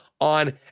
on